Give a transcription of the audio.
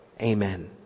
Amen